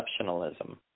exceptionalism